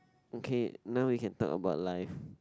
okay now we can talk about life